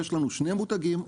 יש לנו שני מותגים,